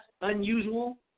unusual